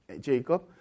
Jacob